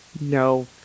No